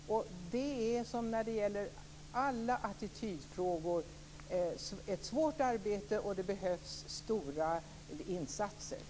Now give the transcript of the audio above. Det är som när det gäller alla attitydfrågor ett svårt arbete, och det behövs stora insatser.